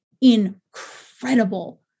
incredible